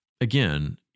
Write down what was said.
again